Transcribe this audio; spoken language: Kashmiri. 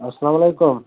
اسلام علیکُم